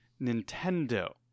nintendo